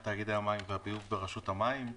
ממונה על תאגידי המים והביוב ברשות המים.